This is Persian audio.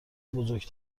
بزرگ